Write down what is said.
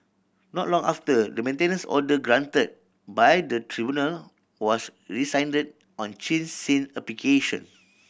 not long after the maintenance order granted by the tribunal was rescinded on Chin Sin application